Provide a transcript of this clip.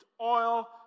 oil